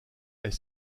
est